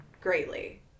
greatly